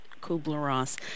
Kubler-Ross